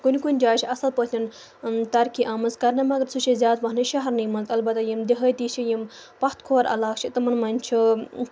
کُنہِ کُنہِ جایہِ چھِ اَصٕل پٲٹھۍ ترقی آمٕژ کَرنہٕ مگر سُہ چھِ اَسہِ زیادٕ پَہنَس شہرنٕے منٛز البتہ یِم دیہٲتی چھِ یِم پَتھ کھورعلاقہٕ چھِ تِمَن منٛز چھِ